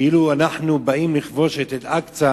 כאילו אנחנו באים לכבוש את אל-אקצא.